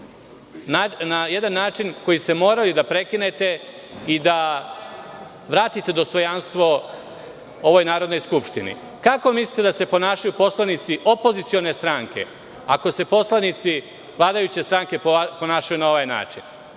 na jedan način koji ste morali da prekinete i da vratite dostojanstvo ovoj Narodnoj skupštini. Kako mislite da se ponašaju poslanici opozicione stranke ako se poslanici vladajuće stranke ponašaju na ovaj način? Mislim